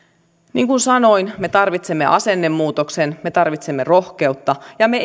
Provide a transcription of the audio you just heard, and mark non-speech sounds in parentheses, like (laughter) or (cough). niin kuin sanoin me tarvitsemme asennemuutoksen me tarvitsemme rohkeutta ja me (unintelligible)